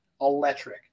electric